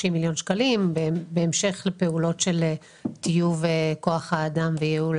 מיליון שקלים בהמשך לפעולות של טיוב כוח האדם וייעול